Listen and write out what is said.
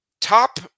top